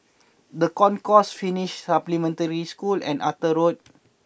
The Concourse Finnish Supplementary School and Arthur Road